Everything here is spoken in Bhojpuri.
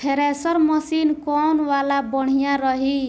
थ्रेशर मशीन कौन वाला बढ़िया रही?